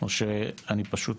או שאני פשוט,